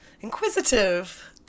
inquisitive